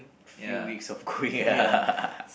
few weeks of going